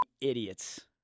idiots